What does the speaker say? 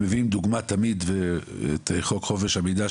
הם תמיד מביאים כדוגמה את חוק חופש המידע,